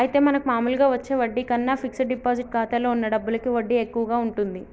అయితే మనకు మామూలుగా వచ్చే వడ్డీ కన్నా ఫిక్స్ డిపాజిట్ ఖాతాలో ఉన్న డబ్బులకి వడ్డీ ఎక్కువగా ఉంటుంది